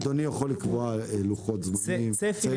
אדוני יכול לקבוע לוחות זמנים, צפי?